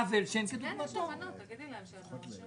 אין בעיה, רק תן לי להגיד על מה הרביזיה.